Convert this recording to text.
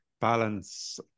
balance